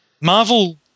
Marvel